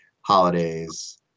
holidays